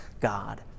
God